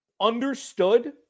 Understood